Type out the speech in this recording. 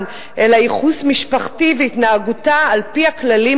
אלא ייחוס משפחתי והתנהגות על-פי הכללים,